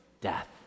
death